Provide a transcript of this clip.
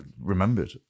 remembered